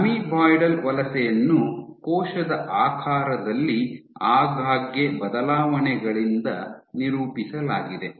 amoeboidal ವಲಸೆಯನ್ನು ಕೋಶದ ಆಕಾರದಲ್ಲಿ ಆಗಾಗ್ಗೆ ಬದಲಾವಣೆಗಳಿಂದ ನಿರೂಪಿಸಲಾಗಿದೆ